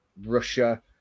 Russia